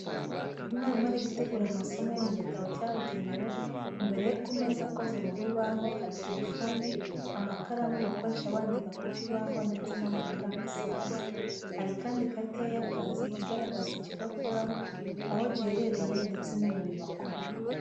Umwarimu ari gutegura amasomo ye mu gitabo cyabugenewe, imbere ye ku meze akoze mu rubaho hari telefoni, amakaramu bakoresha bandika ku kibaho ndetse n'amakaramu asanzwe. Hari kandi ikarita ye y'akazi, igaragaza ikigo akoraho, aho giherereye ndetse n'umurimo akora.